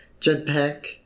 jetpack